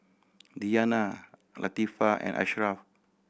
Diyana Latifa and Ashraf